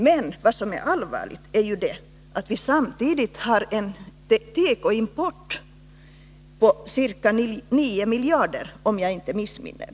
Det allvarliga är emellertid att vi, om jag inte missminner mig, samtidigt har en tekoimport på ca 9 miljarder kronor.